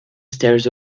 stares